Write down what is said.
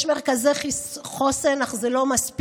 יש מרכזי חוסן, אך זה לא מספיק,